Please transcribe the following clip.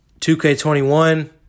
2K21